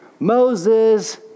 Moses